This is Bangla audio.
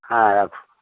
হ্যাঁ রাখুন